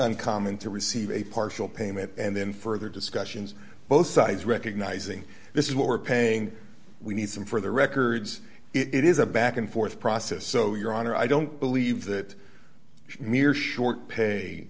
uncommon to receive a partial payment and then further discussions both sides recognizing this is what we're paying we need some for the records it is a back and forth process so your honor i don't believe that mere short pay